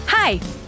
Hi